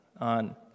on